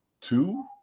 two